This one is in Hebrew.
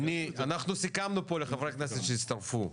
אנחנו סיכמנו פה לחברי הכנסת שהצטרפו,